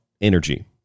energy